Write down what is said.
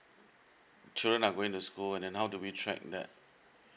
children are going to school and then how do we check that